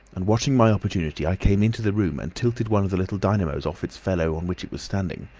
and watching my opportunity, i came into the room and tilted one of the little dynamos off its fellow on which it was standing,